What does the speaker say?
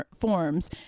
forms